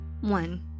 One